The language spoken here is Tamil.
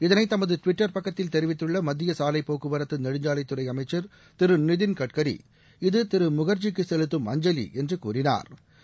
இதனை தமது டிவிட்டர் பக்கத்தில் தெரிவித்துள்ள மத்திய சாவைப்போக்குவரத்து நெடுஞ்சாவைத் துறை அமைச்சர் திரு நிதின் கட்கரி இது திரு முகர்ஜிக்கு செலுத்தும் அஞ்சலி என்று கூறினாா்